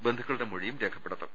ബന്ധുക്കളുടെ മൊഴിയും രേഖപ്പെടുത്തും